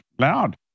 loud